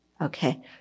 okay